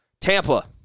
Tampa